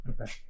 Okay